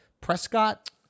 Prescott